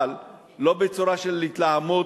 אבל לא בצורה של התלהמות,